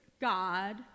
God